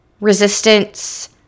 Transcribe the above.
resistance